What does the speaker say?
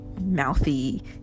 mouthy